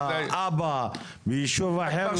האבא ביישוב אחר,